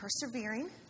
persevering